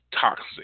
toxic